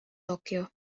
tokyo